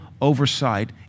oversight